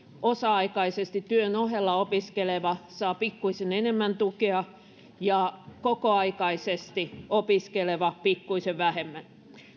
osa aikaisesti työn ohella opiskeleva saa pikkuisen enemmän tukea ja kokoaikaisesti opiskeleva pikkuisen vähemmän